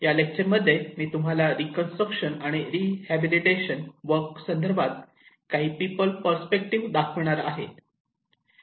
या लेक्चरमध्ये मी तुम्हाला रीकन्स्ट्रक्शन आणि रीहबिलीटेशन वर्क संदर्भात काही पीपल्स पर्स्पेक्टिव्ह Peoples perspective दाखवणार आहे